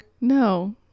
No